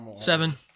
Seven